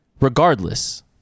Regardless